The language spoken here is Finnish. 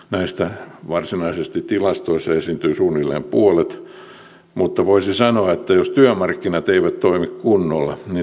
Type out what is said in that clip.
näistä varsinaisesti tilastoissa esiintyy suunnilleen puolet mutta voisi sanoa että jos työmarkkinat eivät toimi kunnolla niin työttömyys kasvaa